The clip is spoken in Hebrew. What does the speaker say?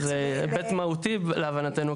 זה היבט משמעותי להבנתו.